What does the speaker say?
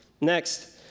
Next